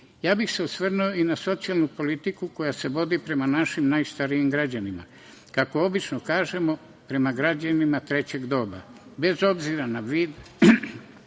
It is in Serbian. bih se osvrnuo i na socijalnu politiku koja se vodi prema našim najstarijim građanima, kako obično kažemo, prema građanima trećeg doba, bez obzira na vid